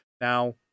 Now